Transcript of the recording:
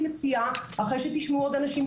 ואחרי שתשמעו עוד אנשים,